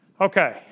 Okay